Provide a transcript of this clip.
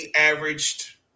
averaged